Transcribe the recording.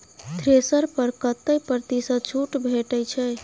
Thresher पर कतै प्रतिशत छूट भेटय छै?